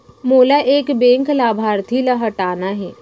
मोला एक बैंक लाभार्थी ल हटाना हे?